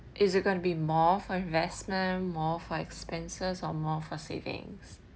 is it going to be more for investment more for expenses or more for savings